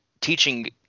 teaching